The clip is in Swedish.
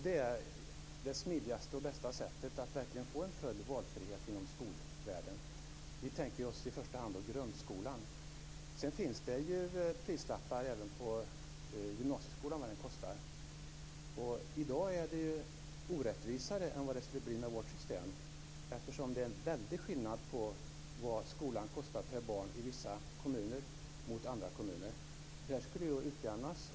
Det är det smidigaste och bästa sättet att få en full valfrihet inom skolvärlden. Vi tänker oss i första hand grundskolan. Sedan finns det prislappar även på vad gymnasieskolan kostar. I dag är det orättvisare än vad det skulle bli med vårt system. Det är en väldigt skillnad på vad skolan kostar per barn i vissa kommuner mot andra kommuner. Det skulle utjämnas.